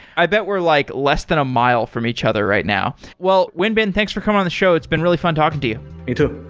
i bet we're like less than a mile from each other right now well, wenbin, thanks for coming on the show. it's been really fun talking to you you too.